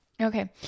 Okay